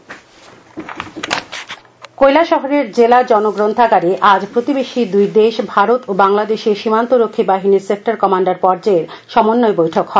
বৈঠক কৈলাসহরের জেলা জন গ্রন্থাগারে আজ প্রতিবেশী দুই দেশ ভারত ও বাংলাদেশের সীমান্তরষ্কী বাহিনীর সেক্টর কমান্ডার পর্যায়ের সমন্বয় বৈঠক হয়